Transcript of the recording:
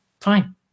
fine